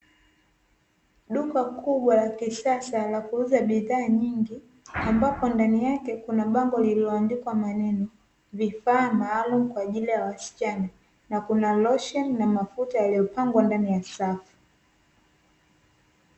Duka kubwa la kisasa la kuuza bidhaa nyingi, ambapo ndani yake Kuna bango lililoandikwa maneno, vifaa maalumu kwaajili ya wasichana na kuna losheni na mafuta yaliyopangwa ndani ya safu.